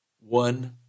one